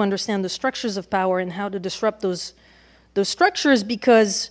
understand the structures of power and how to disrupt those the structures because